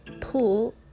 pool